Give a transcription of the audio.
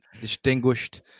distinguished